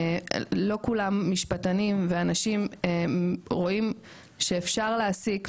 לא כולם משפטנים ואנשים רואים שאפשר להעסיק,